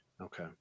Okay